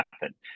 happen